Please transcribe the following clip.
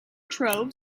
trove